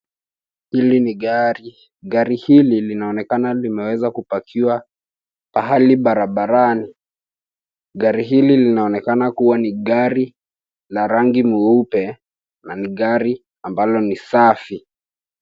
Hili ni gari. Gari hili linaonekana limeweza kupakiwa, pahali barabarani. Gari hili linaonekana kuwa ni gari la rangi mweupe, na ni gari ambalo ni safi.